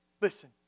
Listen